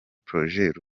projet